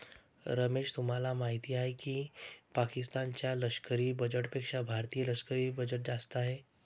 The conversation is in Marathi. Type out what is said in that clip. रमेश तुम्हाला माहिती आहे की पाकिस्तान च्या लष्करी बजेटपेक्षा भारतीय लष्करी बजेट जास्त आहे